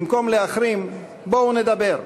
במקום להחרים, בואו נדבר,